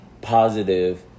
positive